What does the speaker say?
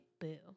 boo